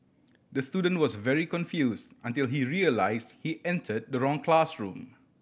the student was very confused until he realised he entered the wrong classroom